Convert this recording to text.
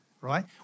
right